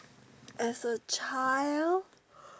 as a child